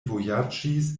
vojaĝis